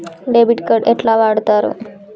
Debit card ఎట్లా వాడుతరు?